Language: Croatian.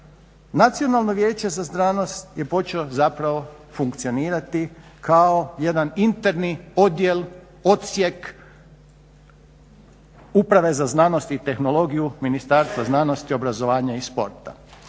Nacionalno vijeće za znanost je počelo zapravo funkcionirati kao jedan interni odjel, odsjek uprave za znanost i tehnologiju Ministarstva znanosti, obrazovanja i sporta.